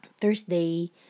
Thursday